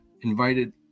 invited